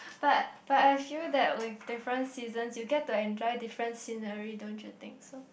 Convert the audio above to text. but but I feel that with different seasons you get to enjoy different scenery don't you think so